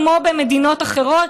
כמו במדינות אחרות?